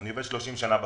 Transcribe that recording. אני עובד 30 שנה בחברה.